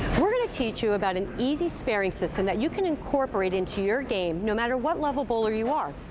we're going to teach you about an easy sparing system that you can incorporate into your game, no mater what level bowler you are.